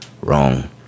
wrong